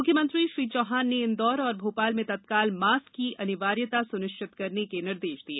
मुख्यमंत्री श्री चौहान ने इंदौर और भोपाल में तत्काल मास्क की अनिवार्यता सुनिश्चित करने के निर्देश दिए